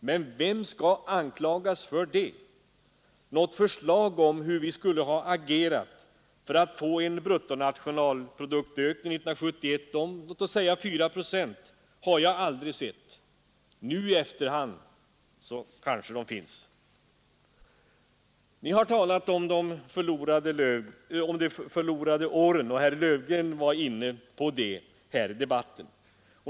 Men vem skall anklagas för det? Några förslag om hur vi skulle ha agerat för att få en bruttonationalproduktsökning 1971 om låt oss säga 4 procent har jag aldrig sett. Nu i efterhand kanske de kommer. Ni har talat om de förlorade åren; herr Löfgren var inne på det här i debatten.